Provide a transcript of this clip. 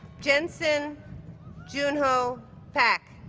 jensen joonho pak